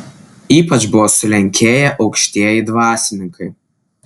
ypač buvo sulenkėję aukštieji dvasininkai